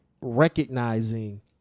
recognizing